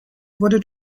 wurde